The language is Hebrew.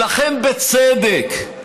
לכן, בצדק,